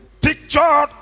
pictured